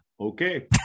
Okay